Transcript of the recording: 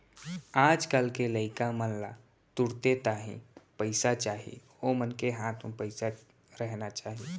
आज कल के लइका मन ला तुरते ताही पइसा चाही ओमन के हाथ म पइसा रहना चाही